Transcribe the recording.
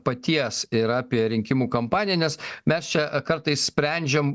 paties ir apie rinkimų kampaniją nes mes čia kartais sprendžiam